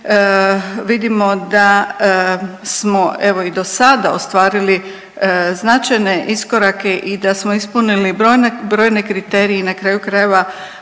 vidimo da smo evo i do sada ostvarili značajne iskorake i da smo ispunili brojne kriterije i na kraju krajeva